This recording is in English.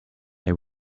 they